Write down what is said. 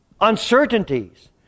uncertainties